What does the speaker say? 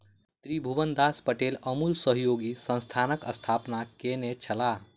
त्रिभुवनदास पटेल अमूल सहयोगी संस्थानक स्थापना कयने छलाह